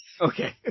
Okay